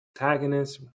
antagonist